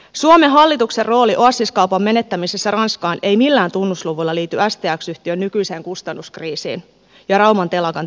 suomen hallituksen rooli oasis kaupan menettämisessä ranskaan ei millään tunnusluvuilla liity stx yhtiön nykyiseen kustannuskriisiin ja rauman telakan tilanteeseen